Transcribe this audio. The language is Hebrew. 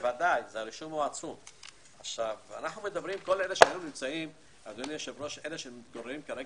אלה שכרגע מתגוררים במקבצים,